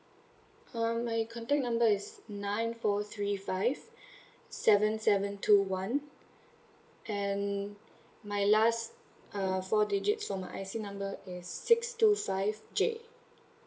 um my contact number is nine four three five seven seven two one and my last uh four digits for my I_C number is six two five J